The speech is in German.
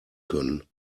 können